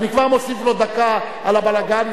אני כבר מוסיף לו דקה על הבלגן,